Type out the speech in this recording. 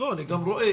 אני גם רואה.